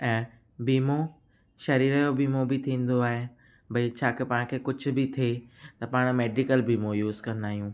ऐं बीमो शरीर जो बीमो बि थींदो आहे भाई छा की पाण खे कुझु बि थिए त पाण मैडिकल बीमो यूज कंदा आहियूं